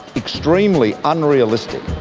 extremely unrealistic,